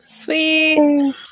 sweet